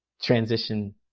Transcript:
transition